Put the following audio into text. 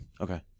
Okay